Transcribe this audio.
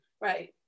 right